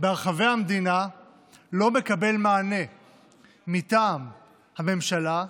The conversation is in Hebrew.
ברחבי המדינה לא מקבל מענה מטעם הממשלה,